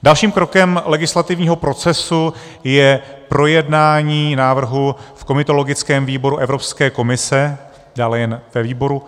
Další krokem legislativního procesu je projednání návrhu v komitologickém výboru Evropské komise, dále jen ve výboru.